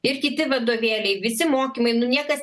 ir kiti vadovėliai visi mokymai nu niekas